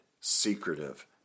secretive